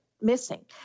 missing